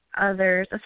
others